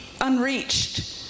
unreached